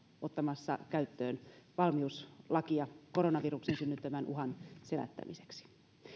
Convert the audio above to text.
ottamassa käyttöön valmiuslakia koronaviruksen synnyttämän uhan selättämiseksi